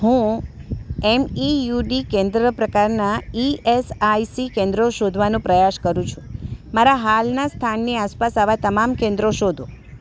હું એમ E U D કેન્દ્ર પ્રકારનાં ઇ એસ આઇ સી કેન્દ્રો શોધવાનો પ્રયાસ કરું છું મારા હાલનાં સ્થાનની આસપાસ આવાં તમામ કેન્દ્રો શોધો